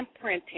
Printing